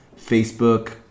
Facebook